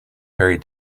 very